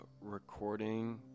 recording